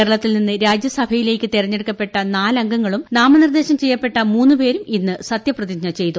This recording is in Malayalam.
കേരളത്തിൽ നിന്ന് രാജ്യസഭയിലേക്ക് തിരഞ്ഞെടുക്കപ്പെട്ട നാലംഗങ്ങൾ നാമനിർദ്ദേശം ചെയ്യപ്പെട്ട മൂന്ന് പേരും ഇന്ന് സത്യപ്രതിജ്ഞ ചെയ്തു